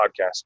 podcast